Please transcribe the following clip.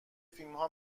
فیلما